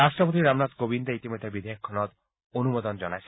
ৰাট্টপতি ৰামনাথ কোবিন্দে ইতিমধ্যে বিধেয়কখনত অনুমোদন জনাইছে